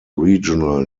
regional